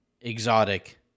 exotic